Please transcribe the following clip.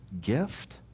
gift